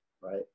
right